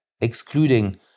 excluding